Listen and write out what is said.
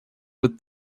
with